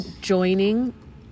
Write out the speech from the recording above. joining